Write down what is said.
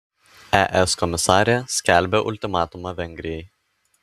es komisarė skelbia ultimatumą vengrijai